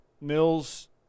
Mills